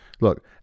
look